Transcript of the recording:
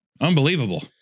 Unbelievable